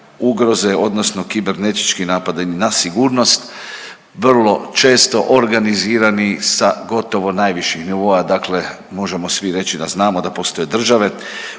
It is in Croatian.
ugroze odnosno kibernetički napadaji na sigurnost, vrlo često organizirani sa gotovo najviših nivoa, dakle možemo svi reći da znamo da postoje države